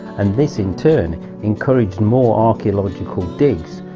and this in turn encouraged more archeological digs,